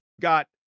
got